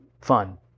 fun